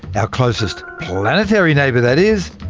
our closest planetary neighbour that is.